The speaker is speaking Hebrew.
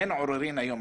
אין עוררין היום,